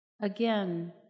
Again